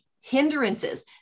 hindrances